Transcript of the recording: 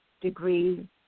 degree